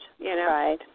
Right